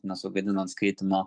nesugadinant skaitymo